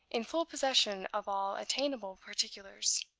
in full possession of all attainable particulars.